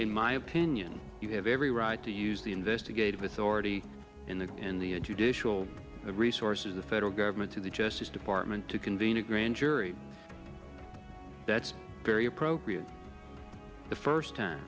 in my opinion you have every right to use the investigative authority in the in the a judicial the resources the federal government to the justice department to convene a grand jury that's very appropriate the first time